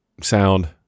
sound